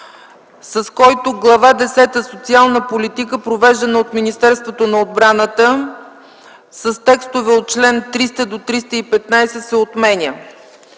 с който Глава десета – „Социална политика, провеждана от Министерството на отбраната” с текстове от член 302 до 315 се отменя.